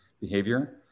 behavior